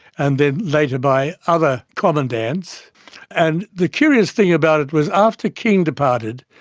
and then later by other commandants. and the curious thing about it was after king departed,